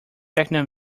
techno